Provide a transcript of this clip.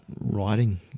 writing